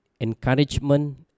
encouragement